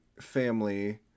family